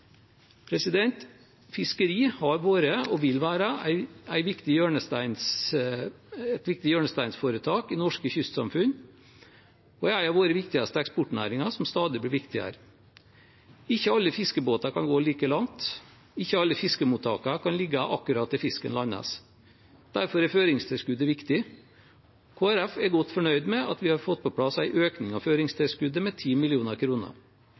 2019. Fiskeri har vært og vil være et viktig hjørnesteinsforetak i norske kystsamfunn og er en av våre viktigste eksportnæringer, som stadig blir viktigere. Ikke alle fiskebåter kan gå like langt. Ikke alle fiskemottakene kan ligge akkurat der fisken landes. Derfor er føringstilskuddet viktig. Kristelig Folkeparti er godt fornøyd med at vi har fått på plass en økning av